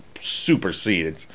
superseded